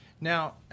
Now